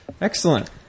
Excellent